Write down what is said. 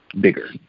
bigger